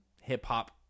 hip-hop